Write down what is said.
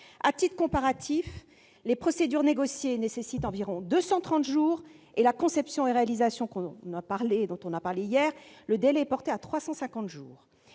À titre comparatif, les procédures négociées nécessitent environ 230 jours et, pour la conception-réalisation dont nous avons parlé hier, le délai est porté à 350 jours.